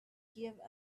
give